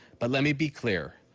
but let me be clear,